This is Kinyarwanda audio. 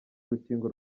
urukingo